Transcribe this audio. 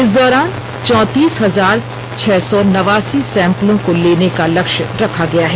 इस दौरान चौंतीस हजार छह सौ नवासी सैम्पलों को लेने का लक्ष्य रखा गया है